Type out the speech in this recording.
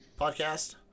podcast